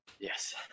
Yes